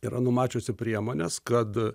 yra numačiusi priemones kad